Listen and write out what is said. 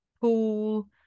pool